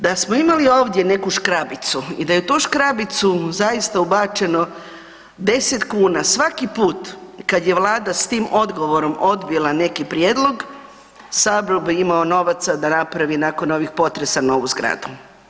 Da smo imali ovdje neku škrabicu i da je u tu škrabicu zaista ubačeno 10 kn, svaki pit kad je Vlada s tim odgovorom odbila neki prijedlog, Sabor bi imao novaca da napravi nakon ovih potresa novu zgradu.